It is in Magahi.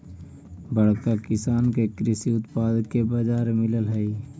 बड़का किसान के कृषि उत्पाद के बाजार मिलऽ हई